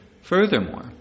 Furthermore